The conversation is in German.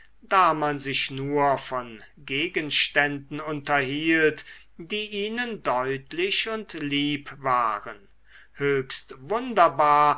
da man sich nur von gegenständen unterhielt die ihnen deutlich und lieb waren höchst wunderbar